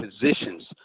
positions